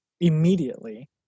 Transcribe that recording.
immediately